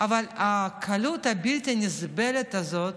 אבל הקלות הבלתי-נסבלת הזאת,